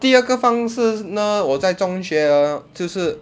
第二个方式呢我在中学就是